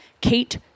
Kate